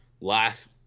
last